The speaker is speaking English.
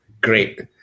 Great